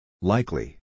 Likely